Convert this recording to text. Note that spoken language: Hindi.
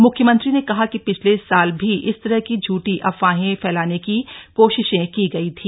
म्ख्यमंत्री ने कहा कि पिछले साल भी इस तरह की झूठी अफवाहें फैलाने की कोशिश की गई थी